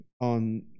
on